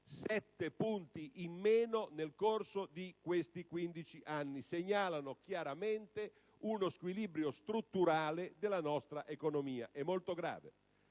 sette punti in meno nel corso di questi 15 anni segnalano chiaramente uno squilibrio strutturale della nostra economia. È molto grave.